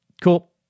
cool